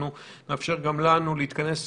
אנחנו נאפשר גם לנו להתכנס שנה.